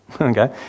Okay